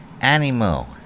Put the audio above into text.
Animo